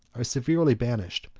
are severely banished,